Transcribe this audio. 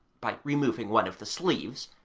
by removing one of the sleeves,